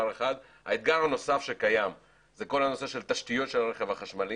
האתגר הנוסף שקיים הוא כל הנושא של תשתיות של הרכב החשמלי